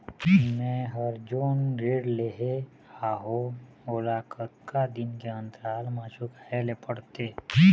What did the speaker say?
मैं हर जोन ऋण लेहे हाओ ओला कतका दिन के अंतराल मा चुकाए ले पड़ते?